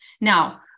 Now